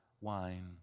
wine